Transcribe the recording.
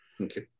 Okay